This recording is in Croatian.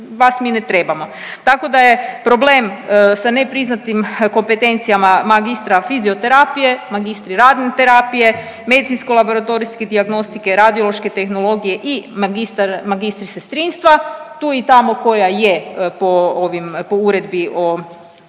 vas mi ne trebamo. Tako da je problem sa nepriznatim kompetencijama magistra fizioterapije, magistri radne terapije, medicinsko-laboratorijske dijagnostike, radiološke tehnologije i magistar, magistri sestrinstva, tu i tamo koja je, po ovim, po uredbi